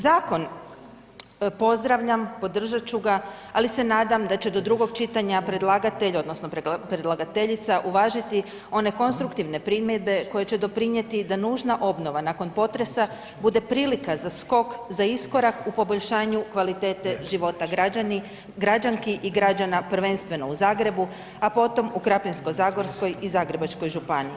Zakon pozdravljam, podržat ću ga, ali se nadam da će do drugog čitanja predlagatelj odnosno predlagateljica uvažiti one konstruktivne primjedbe koje će doprinijeti da nužna obnova nakon potresa bude prilika za skok, za iskorak u poboljšanju kvalitete života građanki i građana prvenstveno u Zagrebu, a potom u Krapinsko-zagorskoj i Zagrebačkoj županiji.